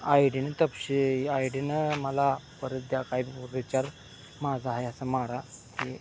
आईडीनं तपशी आईडीनं मला परत द्या काही विचार माझा हाय असं माडा की